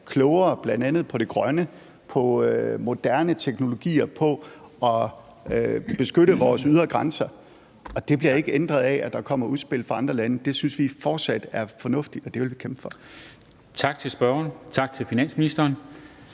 klogere bl.a. på det grønne, på moderne teknologier og på at beskytte vores ydre grænser, og det bliver ikke ændret af, at der kommer udspil fra andre lande. Det synes vi fortsat er fornuftigt, og det vil vi kæmpe for.